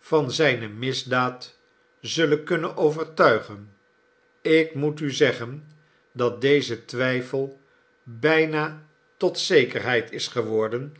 van zijne misdaad zullen kunnen overtuigen ik moet u zeggen dat deze twijfel bijna tot zekerheid is geworden